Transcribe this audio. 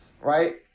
right